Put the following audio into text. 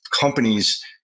companies